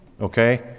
Okay